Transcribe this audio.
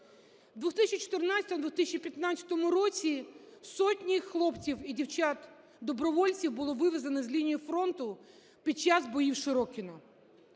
2014-2015 році сотні хлопців і дівчат добровольців було вивезено з лінії фронту під час боїв в Широкиному.